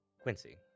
Quincy